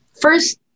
First